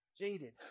jaded